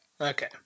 Okay